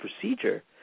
procedure